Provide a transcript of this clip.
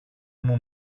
μου